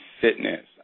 fitness